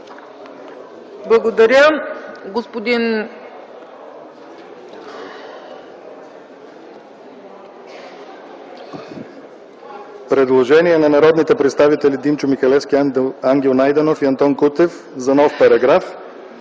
Има предложение на народните представители Димчо Михалевски, Ангел Найденов и Антон Кутев за нов параграф